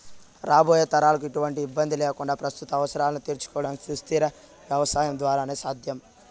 రాబోయే తరాలకు ఎటువంటి ఇబ్బంది లేకుండా ప్రస్తుత అవసరాలను తీర్చుకోవడం సుస్థిర వ్యవసాయం ద్వారానే సాధ్యం